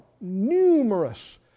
numerous